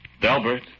Delbert